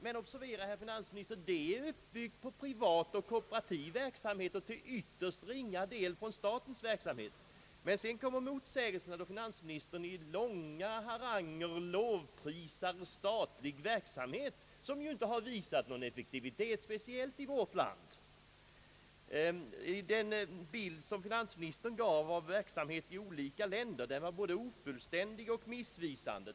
Men observera, herr finansminister, detta är uppbyggt på privat och kooperativ verksamhet och till ytterst ringa del på statens verksamhet. Sedan kommer motsägelserna när finansministern i långa haranger lovprisar statlig verksamhet som ju inte har visat någon större effektivitet i vårt land. Den bild som finansministern gav av verksamheten i olika länder är både ofullständig och missvisande.